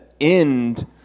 end